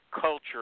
culture